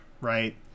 right